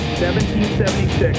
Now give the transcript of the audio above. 1776